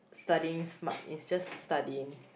studying smart is just studying